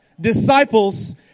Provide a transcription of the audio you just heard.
Disciples